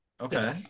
Okay